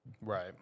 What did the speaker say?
Right